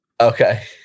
Okay